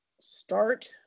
start